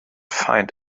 find